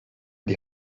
die